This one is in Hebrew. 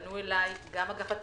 פנו אליי גם אגף התקציבים,